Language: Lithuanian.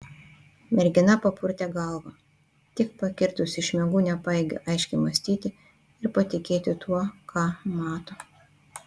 mergina papurtė galvą tik pakirdusi iš miegų nepajėgė aiškiai mąstyti ir patikėti tuo ką mato